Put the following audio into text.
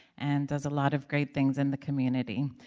and does a lot of great things in the community.